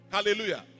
Hallelujah